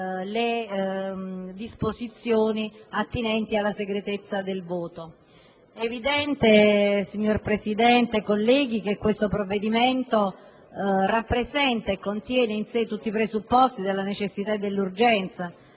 le disposizioni attinenti alla segretezza del voto. È evidente, signor Presidente, colleghi, che esso contiene in se tutti i presupposti della necessità e dell'urgenza.